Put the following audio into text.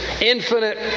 infinite